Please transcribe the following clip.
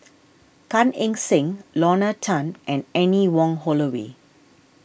Gan Eng Seng Lorna Tan and Anne Wong Holloway